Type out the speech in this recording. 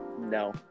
No